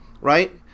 right